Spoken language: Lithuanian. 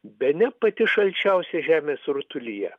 bene pati šalčiausia žemės rutulyje